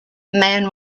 man